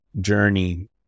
journey